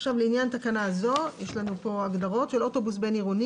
לעניין התקנה הזאת יש לנו פה הגדרות של אוטובוס בין עירוני